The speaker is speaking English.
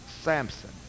Samson